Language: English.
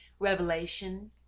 Revelation